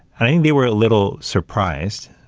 i think they were at little surprised,